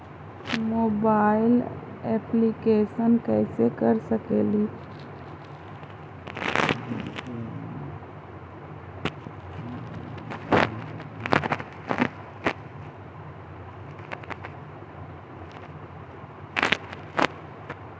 Mobile application कैसे कर सकेली?